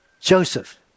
Joseph